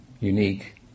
unique